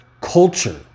culture